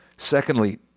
Secondly